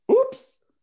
Oops